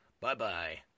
Bye-bye